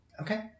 Okay